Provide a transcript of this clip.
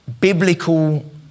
biblical